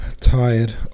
tired